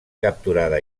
capturada